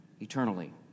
eternally